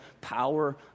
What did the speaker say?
power